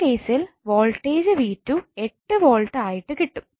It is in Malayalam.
ആ കേസിൽ വോൾട്ടേജ് 𝑣2 8 വോൾട്ട് ആയിട്ട് കിട്ടും